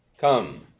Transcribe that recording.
come